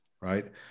right